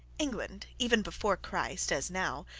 england even before christ, as now,